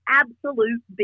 absolute